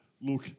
look